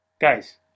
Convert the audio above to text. Guys